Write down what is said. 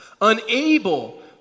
Unable